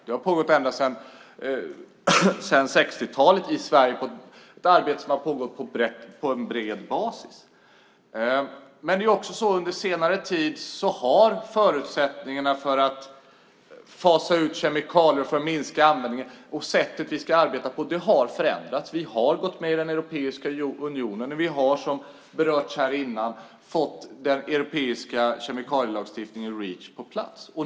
Det har pågått ända sedan 60-talet. Det är ett arbete som har pågått på bred basis. Under senare tid har förutsättningarna för att fasa ut kemikalier och minska användningen förändrats, liksom sättet vi arbetar på. Vi har gått med i Europeiska unionen och vi har, som har berörts här tidigare, fått den europeiska kemikalielagstiftningen Reach på plats.